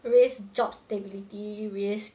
risk job stability risk